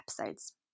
episodes